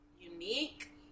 unique